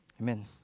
amen